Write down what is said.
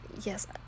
yes